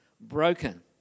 broken